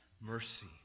mercy